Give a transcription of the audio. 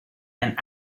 and